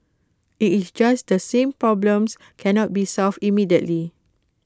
IT is just that some problems cannot be solved immediately